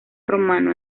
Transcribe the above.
romano